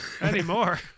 anymore